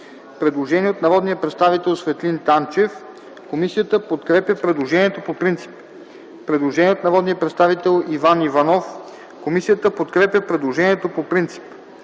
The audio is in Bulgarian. Предложение от народния представител Светлин Танчев. Комисията подкрепя предложението по принцип. Предложение от народния представител Иван Иванов. Комисията подкрепя предложението по принцип.